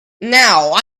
now